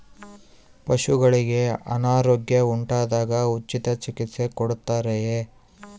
ಪಶುಗಳಿಗೆ ಅನಾರೋಗ್ಯ ಉಂಟಾದಾಗ ಉಚಿತ ಚಿಕಿತ್ಸೆ ಕೊಡುತ್ತಾರೆಯೇ?